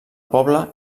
poble